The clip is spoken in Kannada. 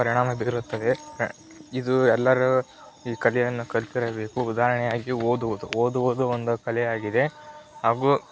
ಪರಿಣಾಮ ಬೀರುತ್ತದೆ ಪ್ರ ಇದು ಎಲ್ಲರೂ ಈ ಕಲೆಯನ್ನು ಕಲಿತಿರಬೇಕು ಉದಾಹರಣೆಯಾಗಿ ಓದುವುದು ಓದುವುದು ಒಂದು ಕಲೆಯಾಗಿದೆ ಹಾಗೂ